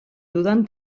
dudan